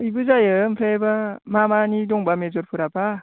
बेबो जायो ओमफ्रायबा मा मानि दंबा मेजरफोराबा